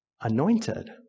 anointed